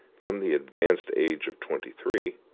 from the advanced age of twenty-three,